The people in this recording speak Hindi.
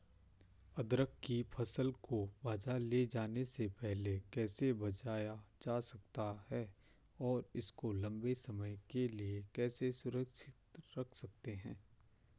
अदरक की फसल को बाज़ार ले जाने से पहले कैसे बचाया जा सकता है और इसको लंबे समय के लिए कैसे सुरक्षित रख सकते हैं?